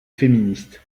féministe